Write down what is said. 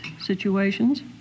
situations